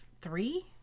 three